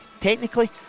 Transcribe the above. technically